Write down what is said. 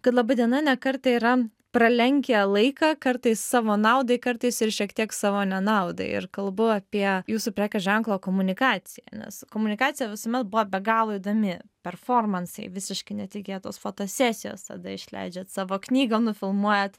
kad laba diena ne kartą yra pralenkę laiką kartais savo naudai kartais ir šiek tiek savo nenaudai ir kalbu apie jūsų prekės ženklo komunikaciją nes komunikacija visuomet buvo be galo įdomi performansai visiškai netikėtos fotosesijos tada išleidžiat savo knygą nufilmuojat